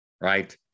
Right